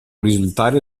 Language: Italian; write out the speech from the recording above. risultare